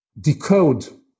decode